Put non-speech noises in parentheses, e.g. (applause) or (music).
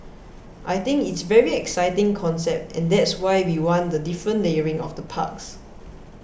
I think it's very exciting concept and that's why we want the different layering of the (noise) parks